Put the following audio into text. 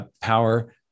power